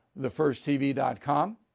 thefirsttv.com